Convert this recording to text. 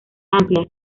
amplia